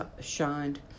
shined